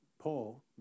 Paul